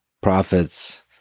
prophets